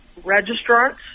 registrants